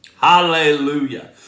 Hallelujah